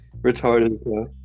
Retarded